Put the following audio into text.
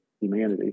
humanity